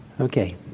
Okay